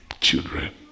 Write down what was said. children